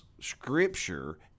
scripture